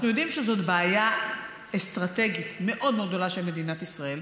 אנחנו יודעים שזאת בעיה אסטרטגית מאוד מאוד גדולה של מדינת ישראל,